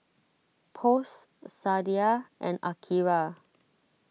Post Sadia and Akira